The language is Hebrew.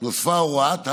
נוספה הוראת החיוניות,